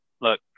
look